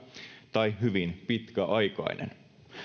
tai hyvin pitkäaikainen